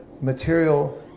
material